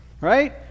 right